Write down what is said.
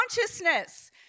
consciousness